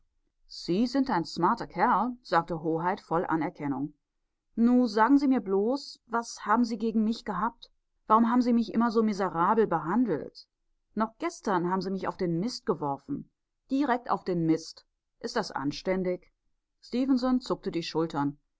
sie sind ein smarter kerl sagte hoheit voll anerkennung nu sagen sie mir bloß was haben sie gegen mich gehabt warum haben sie mich immer so miserabel behandelt noch gestern haben sie mich auf den mist geworfen direkt auf den mist ist das anständig stefenson zuckte die schultern